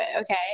okay